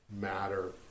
matter